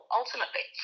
ultimately